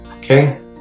Okay